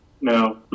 No